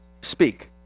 speak